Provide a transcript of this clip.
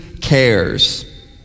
cares